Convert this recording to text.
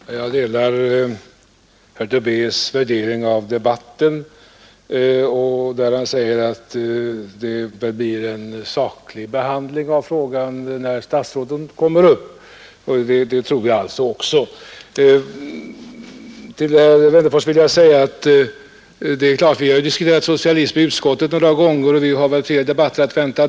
Herr talman! Jag delar herr Tobés värdering av debatten när han förmodar att det skall bli en saklig behandling av frågan när statsråden kommer upp. Det tror jag också! Vi har ju, herr Wennerfors, diskuterat socialism några gånger i utskottet, och vi har väl flera sådana debatter att vänta.